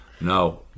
no